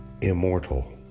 immortal